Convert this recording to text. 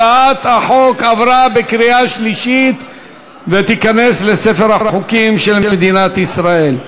הצעת החוק עברה בקריאה שלישית ותיכנס לספר החוקים של מדינת ישראל.